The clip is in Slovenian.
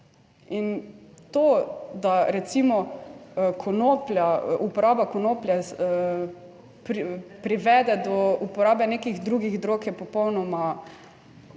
In to, da recimo konoplja, uporaba konoplje, privede do uporabe nekih drugih drog, je popolnoma